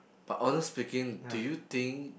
but honest speaking do you think